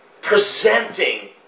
presenting